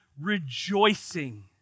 rejoicing